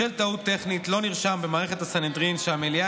בשל טעות טכנית לא נרשם במערכת הסנהדרין שהמליאה